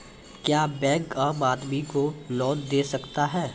क्या बैंक आम आदमी को लोन दे सकता हैं?